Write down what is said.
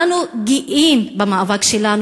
אנו גאים במאבק שלנו,